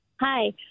Hi